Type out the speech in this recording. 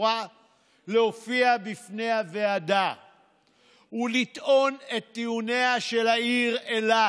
מהשורה להופיע בפני הוועדה ולטעון את טיעוניה של העיר אילת.